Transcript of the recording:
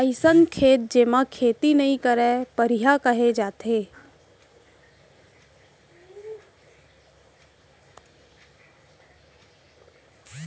अइसन खेत जेमा खेती नइ करयँ परिया कहे जाथे